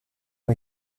ont